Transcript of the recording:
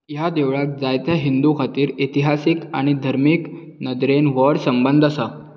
ह्या देवळाक जायत्या हिंदूं खातीर इतिहासीक आनी धर्मीक नदरेन व्हड संबंद आसा